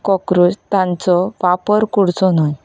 cockroach तांचो वापर करचो न्हय